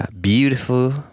beautiful